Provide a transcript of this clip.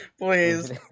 please